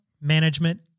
management